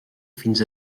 fins